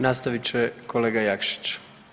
Nastavit će kolega Jakšić.